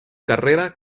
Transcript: carrera